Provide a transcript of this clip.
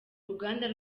ruganda